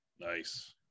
Nice